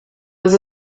was